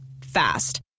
Fast